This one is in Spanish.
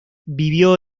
vivió